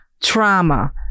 trauma